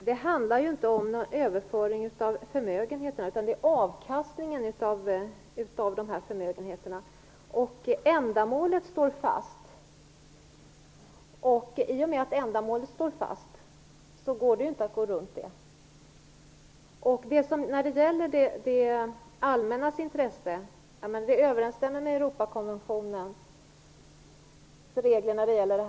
Herr talman! Det handlar inte om någon överföring av förmögenheterna utan om avkastningen av förmögenheterna. Ändamålet står fast, och i och med att det gör det kan man inte gå runt det. Detta överensstämmer med Europakonventionens regler för det här.